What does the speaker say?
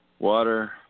Water